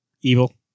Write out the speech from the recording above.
evil